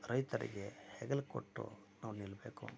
ರೈತರಿಗೆ ಹೆಗಲು ಕೊಟ್ಟು ನಾವು ನಿಲ್ಲಬೇಕು